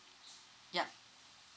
yup